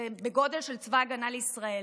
זה בגודל של צבא ההגנה לישראל,